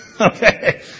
Okay